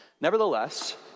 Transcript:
Nevertheless